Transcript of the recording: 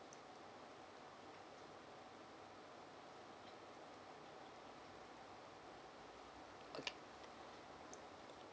okay